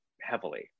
heavily